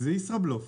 זה ישראבלוף.